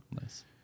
nice